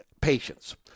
patience